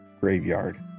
graveyard